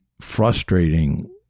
frustrating